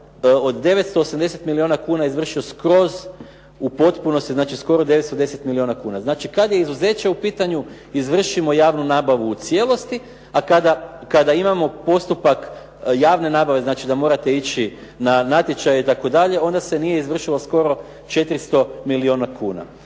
od 980 milijuna kuna izvršio skroz u potpunosti, znači skoro 910 milijuna kuna. Znači, kad je izuzeće u pitanju, izvršimo javnu nabavu u cijelosti, a kada imamo postupak javne nabave, znači da morate ići na natječaje i tako dalje, onda se nije izvršilo skoro 400 milijuna kuna.